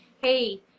hey